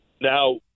Now